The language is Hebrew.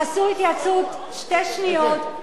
תעשו התייעצות שתי שניות,